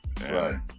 Right